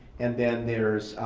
and then there's,